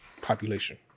population